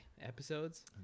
episodes